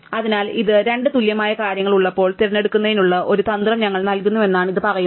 അതിനാൽ ഇത് രണ്ട് തുല്യമായ കാര്യങ്ങൾ ഉള്ളപ്പോൾ തിരഞ്ഞെടുക്കുന്നതിനുള്ള ഒരു തന്ത്രം ഞങ്ങൾ നൽകുന്നുവെന്നാണ് ഇത് പറയുന്നത്